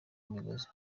imigozi